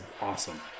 awesome